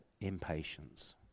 impatience